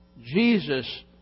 Jesus